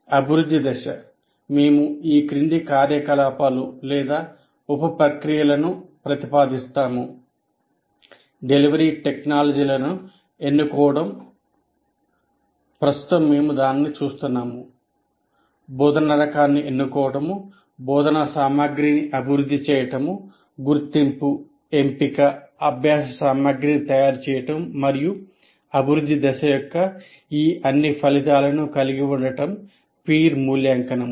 అభివృద్ధి దశ మేము ఈ క్రింది కార్యకలాపాలు లేదా ఉప ప్రక్రియలను ప్రతిపాదిస్తాము డెలివరీ టెక్నాలజీలను ఎన్నుకోవడం బోధనా రకాన్ని ఎన్నుకోవడం బోధనా సామగ్రిని అభివృద్ధి చేయడం గుర్తింపు ఎంపిక అభ్యాస సామగ్రిని తయారుచేయడం మరియు అభివృద్ధి దశ యొక్క ఈ అన్ని ఫలితాలను కలిగి ఉండటం పీర్ మూల్యాంకనం